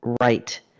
right